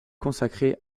consacrée